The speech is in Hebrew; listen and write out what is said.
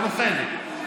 אנחנו כן.